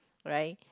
right